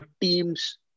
team's